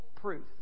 proof